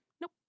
Nope